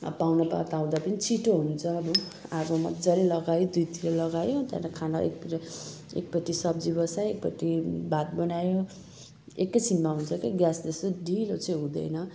अब पाहुनापात आउँदा पनि छिटो हुन्छ आगो मजाले लगायो दुइतिर लगायो त्यहाँबाट खाना एकतिर एकपट्टि सब्जी बसायो एकपट्टि भात बनायो एकैछिनमा हुन्छ के ग्यास जस्तो ढिलो चाहिँ हुँदैन